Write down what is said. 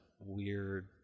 weird